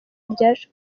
rya